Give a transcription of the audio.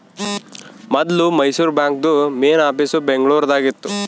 ಮೊದ್ಲು ಮೈಸೂರು ಬಾಂಕ್ದು main office Bengaluru ದಾಗ ಇತ್ತು